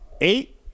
eight